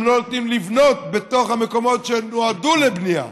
גם לא נותנים לבנות בתוך המקומות שנועדו לבנייה.